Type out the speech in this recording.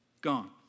gone